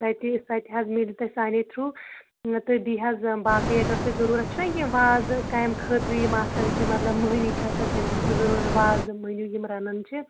سۄ تہِ سۄ تہِ حظ میلہِ تۄہہِ سانے تھرٛو تہٕ بیٚیہِ حظ باقٕے اگر تۄہہِ ضُروٗرَت چھِنہَ یہِ وازٕ کامہِ خٲطرٕ یِم آسان چھِ مطلب مٔہنی چھِ آسان تَمہِ خٲطرٕ ضُروٗرَت وازٕ مٔہنیو یِم رَنان چھِ